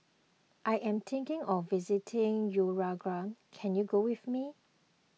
I am thinking of visiting Uruguay can you go with me